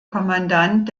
kommandant